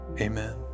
amen